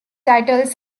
title